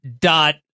dot